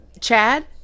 Chad